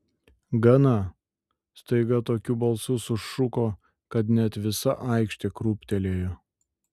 gana staiga tokiu balsu sušuko kad net visa aikštė krūptelėjo